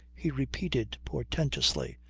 he repeated portentously.